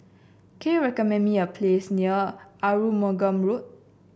can you recommend me a place near Arumugam Road